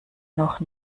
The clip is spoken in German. noch